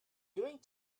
doing